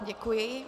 Děkuji.